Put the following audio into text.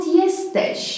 jesteś